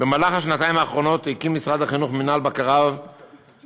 בשנתיים האחרונות הקים משרד החינוך מינהל בקרה ואכיפה,